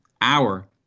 hour